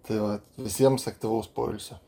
tai vat visiems aktyvaus poilsio